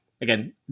again